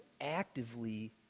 actively